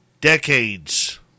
decades